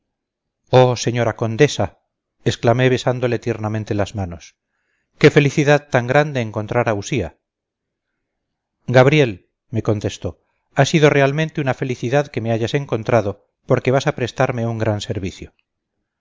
oh señora condesa exclamé besándole tiernamente las manos qué felicidad tan grande encontrar a usía gabriel me contestó ha sido realmente una felicidad que me hayas encontrado porque vas a prestarme un gran servicio